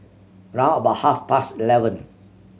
round about half past eleven